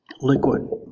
liquid